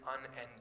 unending